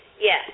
yes